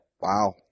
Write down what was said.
Wow